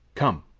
come!